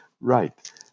Right